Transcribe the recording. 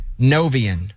Novian